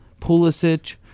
Pulisic